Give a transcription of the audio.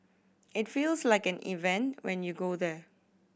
it feels like an event when you go there